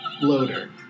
loader